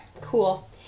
Cool